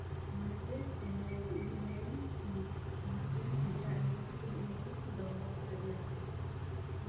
ᱚᱱᱟ ᱛᱮᱜᱮ ᱢᱤᱫ ᱦᱚᱲᱤᱧ ᱢᱟᱥᱨᱮ ᱯᱚᱭᱥᱟ ᱮᱢ ᱠᱟᱛᱮᱜ ᱢᱤᱫ ᱦᱚᱲ ᱤᱧ ᱫᱚᱦᱚ ᱟᱠᱟᱫᱮᱭᱟ